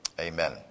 Amen